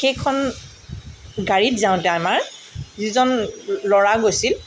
সেইখন গাড়ীত যাওঁতে আমাৰ যিজন ল ল'ৰা গৈছিল